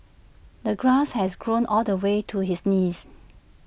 the grass has grown all the way to his knees